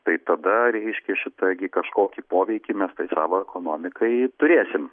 tai tada reiškia šita gi kažkokį poveikį mes tai savo ekonomikai turėsim